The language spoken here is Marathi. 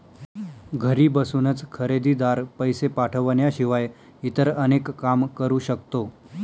घरी बसूनच खरेदीदार, पैसे पाठवण्याशिवाय इतर अनेक काम करू शकतो